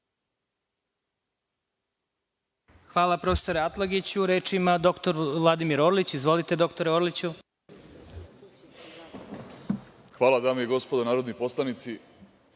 Hvala, profesore Atlagiću. Reč ima dr Vladimir Orlić. Izvolite. **Vladimir Orlić** Hvala. Dame i gospodo narodni poslanici,